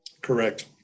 Correct